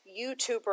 YouTuber